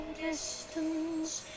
distance